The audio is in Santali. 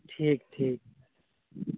ᱴᱷᱤᱠ ᱴᱷᱤᱠ